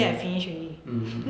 mm mm